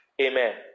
Amen